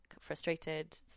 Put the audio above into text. frustrated